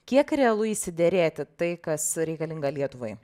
kiek realu išsiderėti tai kas reikalinga lietuvai